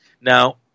Now